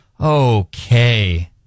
Okay